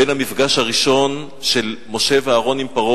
בין המפגש הראשון של משה ואהרן עם פרעה